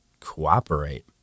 cooperate